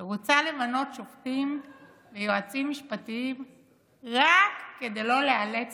שרוצה למנות שופטים ויועצים משפטיים רק כדי לא להיאלץ